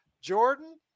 Jordan